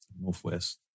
northwest